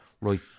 right